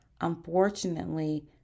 unfortunately